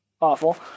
awful